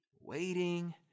waiting